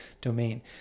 domain